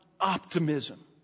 optimism